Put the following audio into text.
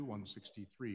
163